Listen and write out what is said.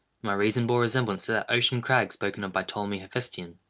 my reason bore resemblance to that ocean-crag spoken of by ptolemy hephestion,